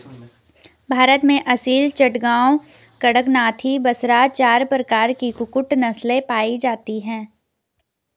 भारत में असील, चटगांव, कड़कनाथी, बसरा चार प्रकार की कुक्कुट नस्लें पाई जाती हैं